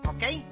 Okay